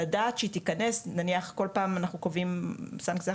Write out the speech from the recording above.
על מנת לדעת שהיא תיכנס וכעניין הזה כל פעם אנחנו קובעים סנקציה אחרת,